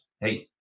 hey